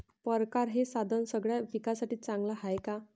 परकारं हे साधन सगळ्या पिकासाठी चांगलं हाये का?